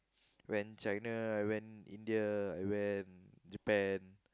went China I went India I went Japan